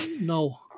no